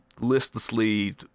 listlessly